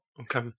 Okay